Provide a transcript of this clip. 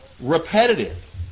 repetitive